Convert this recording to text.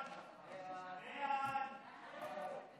ההצעה להעביר את הצעת חוק חוזה העבודה (הסדרי עבודה מרחוק),